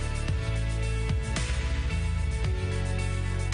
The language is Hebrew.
דיאלוג עם כל הגורמים כדי לשמוע את כל מגוון